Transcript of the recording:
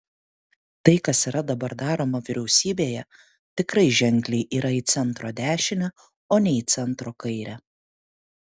tai kas yra dabar daroma vyriausybėje tikrai ženkliai yra į centro dešinę o ne į centro kairę